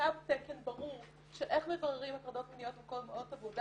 תו תקן ברור של איך מבררים הטרדות מיניות --- עבודה.